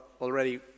already